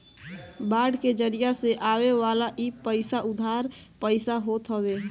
bond के जरिया से आवेवाला इ पईसा उधार पईसा होत हवे